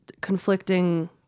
conflicting